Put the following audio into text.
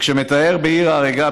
וכשמתאר ב"בעיר ההרגה",